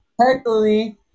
technically